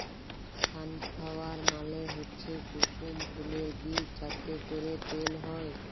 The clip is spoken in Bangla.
সানফালোয়ার মালে হচ্যে কুসুম ফুলের বীজ যাতে ক্যরে তেল হ্যয়